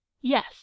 Yes